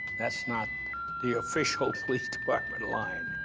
that's not the official police department line.